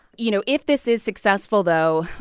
you know, if this is successful, though,